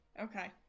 Okay